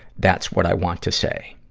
that's what i want to say.